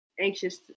anxious